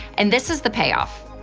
and this is the payoff.